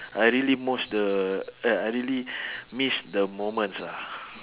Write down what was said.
I really most the eh I really miss the moments ah